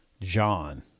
John